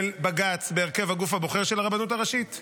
בג"ץ בהרכב הגוף הבוחר של הרבנות הראשית.